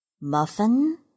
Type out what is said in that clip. Muffin